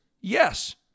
yes